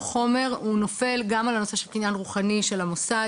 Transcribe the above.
חומר נופל גם על הנושא של קניין רוחני של המוסד,